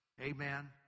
Amen